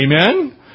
Amen